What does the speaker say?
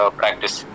practice